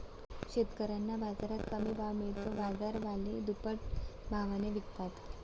शेतकऱ्यांना बाजारात कमी भाव मिळतो, बाजारवाले दुप्पट भावाने विकतात